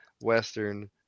western